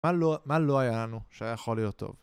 מה לא היה לנו שהיה יכול להיות טוב?